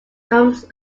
comes